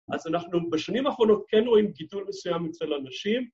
‫אז אנחנו בשנים האחרונות ‫כן רואים גידול מסוים אצל אנשים.